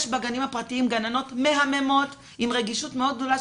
יש בגנים הפרטיים גננות מהממות עם רגישות מאוד גדולה,